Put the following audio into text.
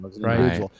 right